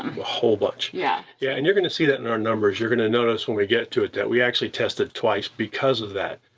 a whole bunch. yeah. yeah, and you're gonna see that in our numbers. you're gonna notice when we get to it that we actually tested twice because of that.